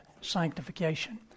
sanctification